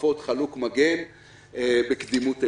כפפות וחלוק מגן בקדימות עליונה.